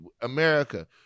America